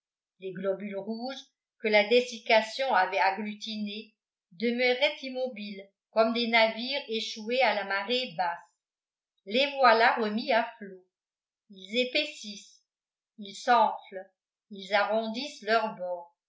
les globules rouges que la dessiccation avait agglutinés demeuraient immobiles comme des navires échoués à la marée basse les voilà remis à flot ils épaississent ils s'enflent ils arrondissent leurs bords